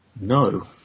No